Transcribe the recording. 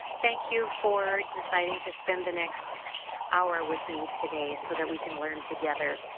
thank you for deciding to spend the next hour with me today so that we can learn together.